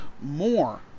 more